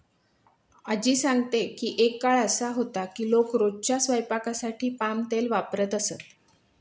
आज्जी सांगते की एक काळ असा होता की लोक रोजच्या स्वयंपाकासाठी पाम तेल वापरत असत